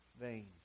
vain